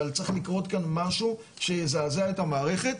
אבל צריך לקרות כאן משהו שיזעזע את המערכת.